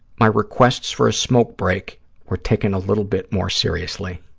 my requests for a smoke break were taken a little bit more seriously.